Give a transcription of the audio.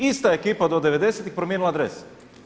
Ista ekipa do '90.-tih promijenila adrese.